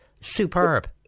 superb